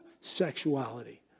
sexuality